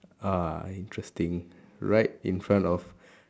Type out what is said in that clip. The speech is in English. ah interesting right in front of